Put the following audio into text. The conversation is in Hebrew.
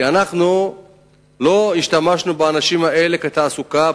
כי אנחנו לא השתמשנו באנשים האלה לתעסוקה,